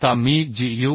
आता मी GUI